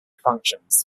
functions